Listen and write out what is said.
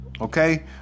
okay